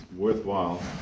worthwhile